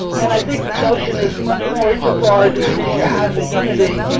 and i think the notion is much more insofar as indonesia has a unity,